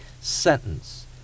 sentence